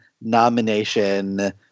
nomination